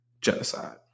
genocide